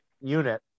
unit